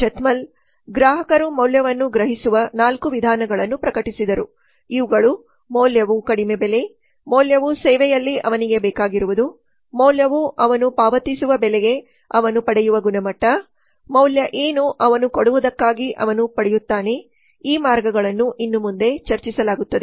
Zeithaml ಗ್ರಾಹಕರು ಮೌಲ್ಯವನ್ನು ಗ್ರಹಿಸುವ ನಾಲ್ಕು ವಿಧಾನಗಳನ್ನು ಪ್ರಕಟಿಸಿದರು ಇವುಗಳ ಮೌಲ್ಯವು ಕಡಿಮೆ ಬೆಲೆ ಮೌಲ್ಯವು ಸೇವೆಯಲ್ಲಿ ಅವನಿಗೆ ಬೇಕಾಗಿರುವುದು ಮೌಲ್ಯವು ಅವನು ಪಾವತಿಸುವ ಬೆಲೆಗೆ ಅವನು ಪಡೆಯುವ ಗುಣಮಟ್ಟ ಮೌಲ್ಯ ಏನು ಅವನು ಕೊಡುವದಕ್ಕಾಗಿ ಅವನು ಪಡೆಯುತ್ತಾನೆ ಈ ಮಾರ್ಗಗಳನ್ನು ಇನ್ನು ಮುಂದೆ ಚರ್ಚಿಸಲಾಗುತ್ತದೆ